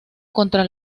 contra